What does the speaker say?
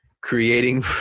creating –